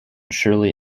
shirley